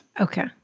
Okay